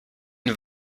une